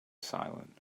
silent